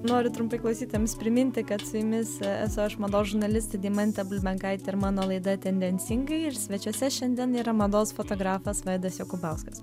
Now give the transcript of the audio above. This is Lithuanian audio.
noriu trumpai klausytojams priminti kad su jumis esu aš mados žurnalistė deimantė bulbenkaitė ir mano laida tendencingai ir svečiuose šiandien yra mados fotografas vaidas jokubauskas